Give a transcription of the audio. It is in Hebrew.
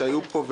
שהיו פה,